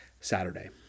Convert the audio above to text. Saturday